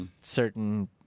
certain